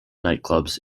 nightclubs